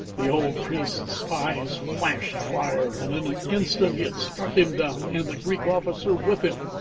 the old priest's eyes flashed fire, and in an instant he had struck him down, and the greek officer with him.